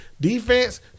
Defense